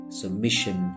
submission